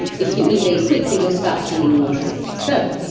if you eat very quickly, you'll start feeling nauseous so,